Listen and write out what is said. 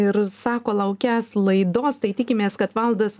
ir sako laukiąs laidos tai tikimės kad valdas